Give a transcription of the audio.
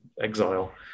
exile